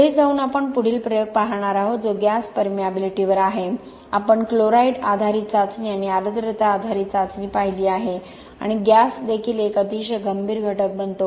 पुढे जाऊन आपण पुढील प्रयोग पाहणार आहोत जो गॅस परमिएबिलिटीवर आहे आपण क्लोराईड आधारित चाचणी आणि आर्द्रता आधारित चाचणी पाहिली आहे आणि गॅस देखील एक अतिशय गंभीर घटक बनतो